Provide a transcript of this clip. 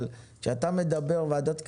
אבל, כשאתה מדבר בוועדת כלכלה,